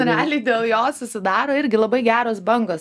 realiai dėl jo susidaro irgi labai geros bangos